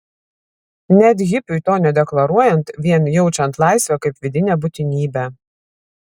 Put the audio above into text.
net hipiui to nedeklaruojant vien jaučiant laisvę kaip vidinę būtinybę